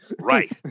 Right